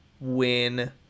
win